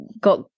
got